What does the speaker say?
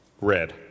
Red